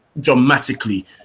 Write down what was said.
dramatically